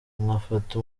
nkafata